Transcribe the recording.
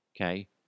Okay